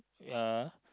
uh